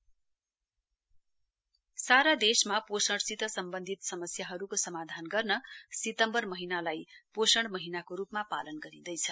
CM पोषण मा सारा देशमा पोषणसित सम्बन्धित समस्याहरूको समाधान गर्न सितम्बर महीनालाई पोषण महीनाको रूपमा पालन गरिँदैछ